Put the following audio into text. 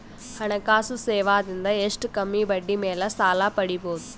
ಹಣಕಾಸು ಸೇವಾ ದಿಂದ ಎಷ್ಟ ಕಮ್ಮಿಬಡ್ಡಿ ಮೇಲ್ ಸಾಲ ಪಡಿಬೋದ?